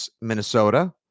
Minnesota